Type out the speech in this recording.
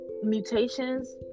mutations